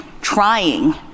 trying